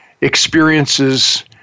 experiences